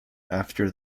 after